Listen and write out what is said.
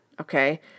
okay